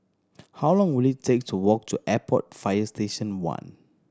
how long will it take to walk to Airport Fire Station One